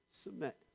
submit